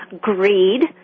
greed